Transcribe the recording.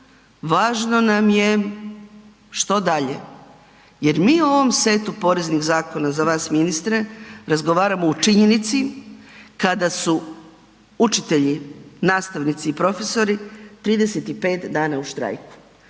važno nam je što dalje, jer mi u ovom setu poreznih zakona za vas ministre razgovaramo u činjenici kada su učitelji, nastavnici i profesori 35 dana u štrajku.